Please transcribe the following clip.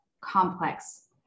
complex